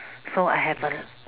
so I have a mm